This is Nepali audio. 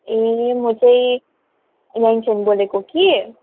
ए म चाहिँ याङच्छेन बोलेको कि